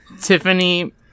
Tiffany